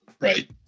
Right